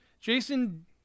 Jason